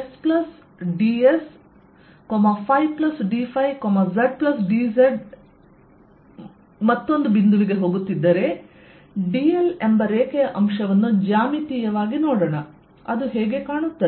SdS d zdz ಮತ್ತೊಂದು ಬಿಂದುವಿಗೆ ಹೋಗುತ್ತಿದ್ದರೆ dl ಎಂಬ ರೇಖೆಯ ಅಂಶವನ್ನು ಜ್ಯಾಮಿತೀಯವಾಗಿ ನೋಡೋಣ ಅದು ಹೇಗೆ ಕಾಣುತ್ತದೆ